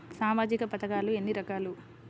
సామాజిక పథకాలు ఎన్ని రకాలు?